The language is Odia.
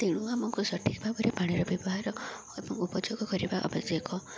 ତେଣୁ ଆମକୁ ସଠିକ ଭାବରେ ପାଣିର ବ୍ୟବହାର ଏବଂ ଉପଯୋଗ କରିବା ଆବଶ୍ୟକ